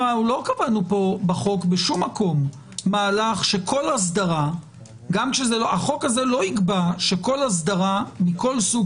החוק הזה לא יקבע שכל אסדרה מכל סוג